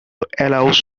allows